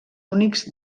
únics